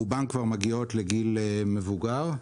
רובן מגיעות לגיל מבוגר,